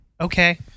Okay